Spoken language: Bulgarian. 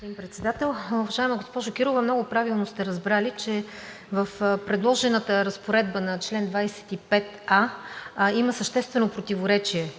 господин Председател. Уважаема госпожо Кирова, много правилно сте разбрали, че в предложената разпоредба на чл. 25а има съществено противоречие